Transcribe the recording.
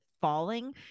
falling